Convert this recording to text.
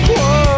Whoa